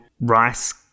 rice